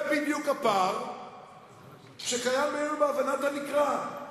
זה בדיוק הפער שקיים בינינו בהבנת הנקרא.